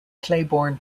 claiborne